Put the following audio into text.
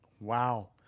Wow